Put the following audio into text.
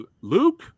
Luke